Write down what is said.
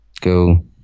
Go